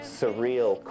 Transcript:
surreal